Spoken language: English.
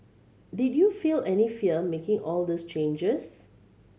did you feel any fear making all these changes